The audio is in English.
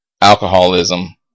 alcoholism